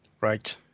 Right